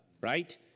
right